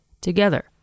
together